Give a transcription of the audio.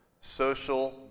social